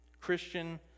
Christian